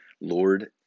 Lord